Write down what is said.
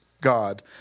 God